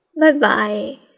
Bye-bye